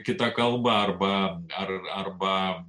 kitą kalbą arba ar arba